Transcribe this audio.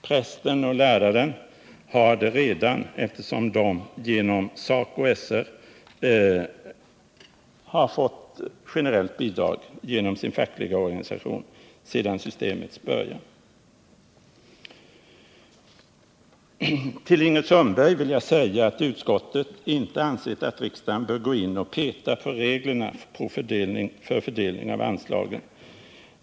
Prästen och läraren har det redan, eftersom de genom SACO/SR har fått generellt bidrag genom sin fackliga organisation sedan systemets början. Till Ingrid Sundberg vill jag säga att utskottet inte ansett att riksdagen bör gå in och peta på reglerna för fördelning av anslagen.